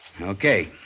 Okay